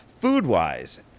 food-wise